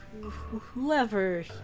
Whoever